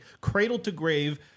cradle-to-grave